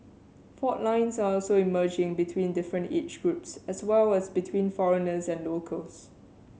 fault lines are also emerging between different age groups as well as between foreigners and locals